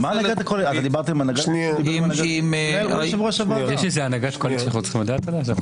------ יש איזה הנהגת קואליציה שאנחנו צריכים לדעת עליה?